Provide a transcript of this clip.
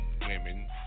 women